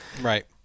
Right